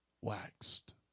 waxed